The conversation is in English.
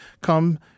Come